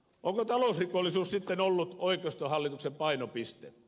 onko talousrikollisuus sitten ollut oikeistohallituksen painopiste